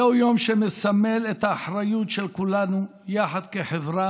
זה הוא יום שמסמל את האחריות של כולנו יחד כחברה